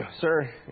Sir